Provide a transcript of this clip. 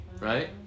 right